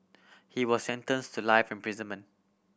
he was sentenced to life imprisonment